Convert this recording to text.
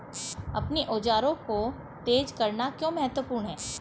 अपने औजारों को तेज करना क्यों महत्वपूर्ण है?